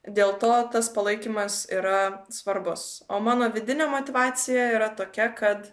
dėl to tas palaikymas yra svarbus o mano vidinė motyvacija yra tokia kad